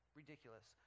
ridiculous